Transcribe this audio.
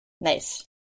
Nice